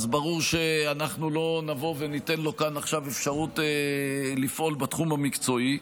ברור שאנחנו לא נבוא וניתן לו כאן אפשרות לפעול בתחום המקצועי.